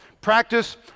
Practice